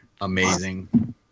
Amazing